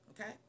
Okay